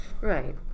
Right